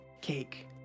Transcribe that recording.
cake